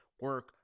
Work